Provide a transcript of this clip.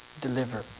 deliver